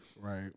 Right